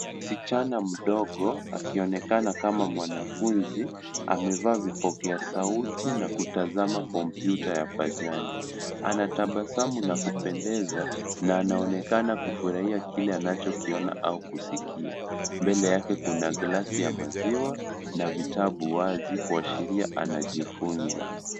Msichana mdogo akionekana kama mwanafunzi amevaa vipokea sauti na kutazama kompyuta ya pajani .Anatabasamu na kupendeza na anaonekana kufurahia kile anachokiona au kusikia. Mbele yake kuna glasi ya maziwa na vitabu wazi kuashiria anajifunza.